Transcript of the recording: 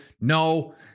no